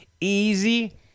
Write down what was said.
easy